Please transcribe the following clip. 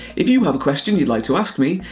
if you have a question you'd like to ask me,